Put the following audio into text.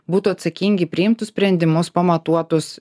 būtų atsakingi priimtų sprendimus pamatuotus